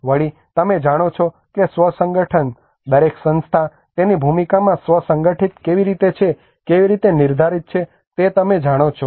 વળી તમે જાણો છો કે સ્વ સંગઠન દરેક સંસ્થા તેની ભૂમિકામાં સ્વ સંગઠિત કેવી રીતે છે તે કેવી રીતે નિર્ધારિત છે તે તમે જાણો છો